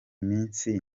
minsi